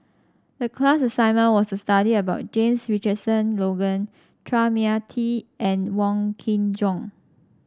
the class assignment was to study about James Richardson Logan Chua Mia Tee and Wong Kin Jong